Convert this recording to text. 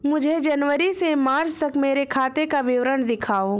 मुझे जनवरी से मार्च तक मेरे खाते का विवरण दिखाओ?